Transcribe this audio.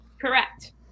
Correct